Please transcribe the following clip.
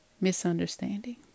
Misunderstanding